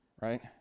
right